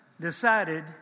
decided